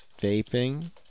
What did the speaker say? vaping